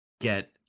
get